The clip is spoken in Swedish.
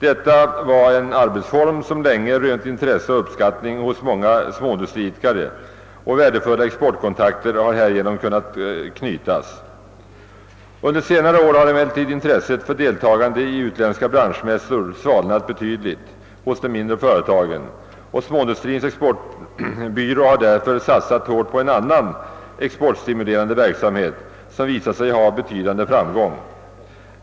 Detta var en arbetsform som länge rönt intresse och uppskattning hos många småindustriidkare, och värdefulla exportkontakter har härigenom kunnat knytas. Under senare år har emellertid intresset för deltagande i utländska branschmässor svalnat betydligt i de mindre företagen och Småindustrins exportbyrå har därför satsat hårt på en annan exportstimulerande verksamhet, som visat sig ha betydande framgång.